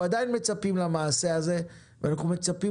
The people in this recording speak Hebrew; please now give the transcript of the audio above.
אנחנו עדיין מצפים למעשה הזה ואנחנו מצפים